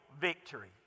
victory